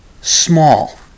small